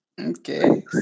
Okay